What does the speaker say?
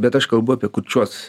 bet aš kalbu apie kurčiuosius